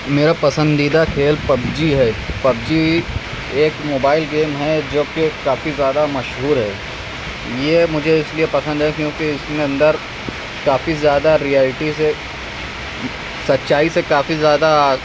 میرا پسندیدہ کھیل پبجی ہے پبجی ایک موبائل گیم ہے جو کہ کافی زیادہ مشہور ہے یہ مجھے اس لیے پسند ہے کیونکہ اس میں اندر کافی زیادہ ریئلٹی سے سچائی سے کافی زیادہ